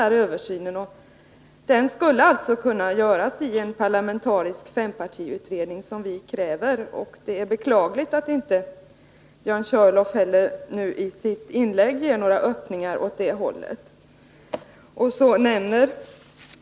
En sådan översyn skulle kunna göras i en parlamentarisk fempartiutredning, som vi kräver. Det är beklagligt att Björn Körlof inte heller i sitt inlägg gav några öppningar åt det hållet.